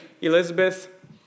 Elizabeth